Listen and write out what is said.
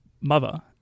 Mother